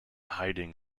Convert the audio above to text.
hiding